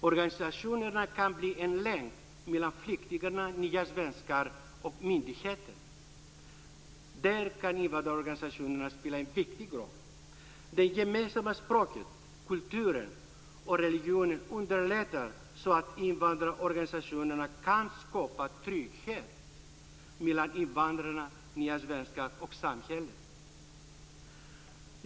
Organisationerna kan bli en länk mellan flyktingarna, nya svenskar och myndigheten. Där kan invandrarorganisationerna spela en viktig roll. Det gemensamma språket, kulturen och religionen underlättar för invandrarorganisationerna att skapa trygghet mellan invandrarna, nya svenskar, och samhället.